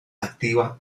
activa